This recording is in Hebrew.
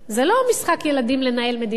זה לא משחק ילדים לנהל מדינה.